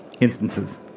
instances